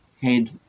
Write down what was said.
head